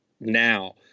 now